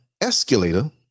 escalator